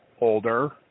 older